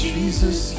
Jesus